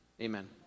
Amen